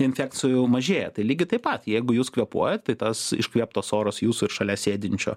infekcijų mažėja tai lygiai taip pat jeigu jūs kvėpuojat kai tas iškvėptas oras jūsų ir šalia sėdinčio